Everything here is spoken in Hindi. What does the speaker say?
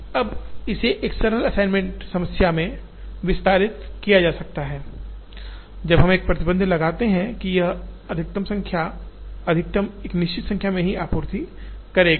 अब इसे एक सरल असाइनमेंट समस्या में विस्तारित किया जा सकता है जब हम एक प्रतिबंध लगाते हैं कि यह अधिकतम निश्चित संख्या में ही आपूर्ति करेगा